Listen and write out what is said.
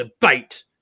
debate